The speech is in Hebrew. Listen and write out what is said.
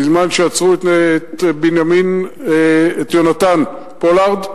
בזמן שעצרו את יונתן פולארד.